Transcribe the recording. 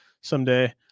someday